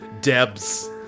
Debs